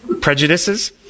Prejudices